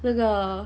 那个